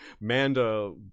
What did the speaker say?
Manda